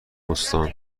استان